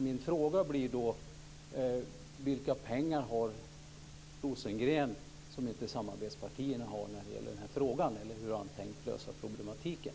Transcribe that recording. Min fråga blir då: Vilka pengar har Rosengren som inte samarbetspartierna har när det gäller den här frågan, eller hur har han tänkt lösa problematiken?